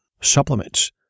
supplements